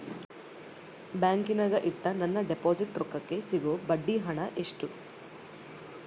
ಬ್ಯಾಂಕಿನಾಗ ಇಟ್ಟ ನನ್ನ ಡಿಪಾಸಿಟ್ ರೊಕ್ಕಕ್ಕೆ ಸಿಗೋ ಬಡ್ಡಿ ಹಣ ಎಷ್ಟು?